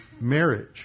marriage